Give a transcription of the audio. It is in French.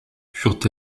furent